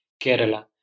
Kerala